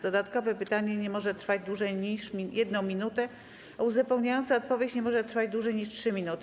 Dodatkowe pytanie nie może trwać dłużej niż 1 minutę, a uzupełniająca odpowiedź nie może trwać dłużej niż 3 minuty.